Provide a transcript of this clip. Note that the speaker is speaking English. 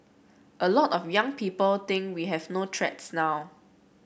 a lot of young people think we have no threats now